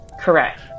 Correct